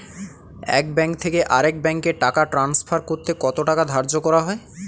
এক ব্যাংক থেকে আরেক ব্যাংকে টাকা টান্সফার করতে কত টাকা ধার্য করা হয়?